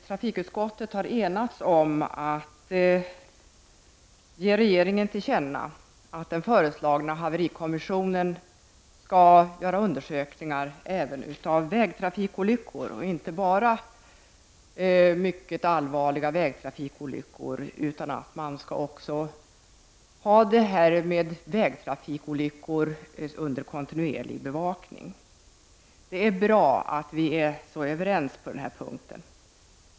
Trafikutskottet har enats om att föreslå riksdagen att ge regeringen till känna att den föreslagna haverikommissionen skall inte bara undersöka mycket allvarliga vägtrafikolyckor utan också ha vägtrafikolyckorna under kontinuerlig bevakning. Det är bra att vi är så överens på den punkten.